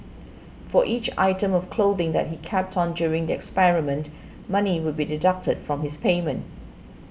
for each item of clothing that he kept on during the experiment money would be deducted from his payment